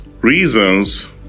reasons